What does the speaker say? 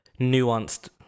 nuanced